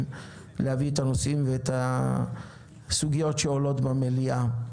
להביא את הנושאים ואת הסוגיות שעולות במליאה.